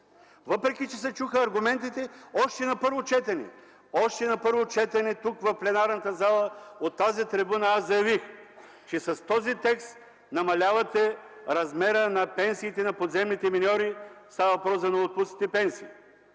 въпреки че се чуха аргументите още на първо четене. Още на първо четене, тук, в пленарната зала, от тази трибуна аз заявих, че с този текст намалявате размера на пенсиите на подземните миньори. Става въпрос за новоотпуснатите пенсии.